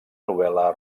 novel·la